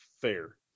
Fair